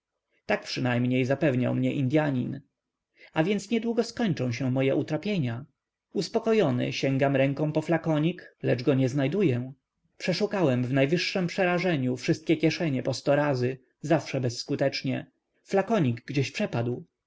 tak przynajmniej zapewniał mię indyanin a więc niedługo skończą się moje utrapienia uspokojony sięgam ręką po flakonik lecz go nie znajduję przeszukałem w najwyższem przerażeniu wszystkie kieszenie po sto razy zawsze bezskutecznie flakonik gdzieś przepadł